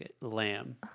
lamb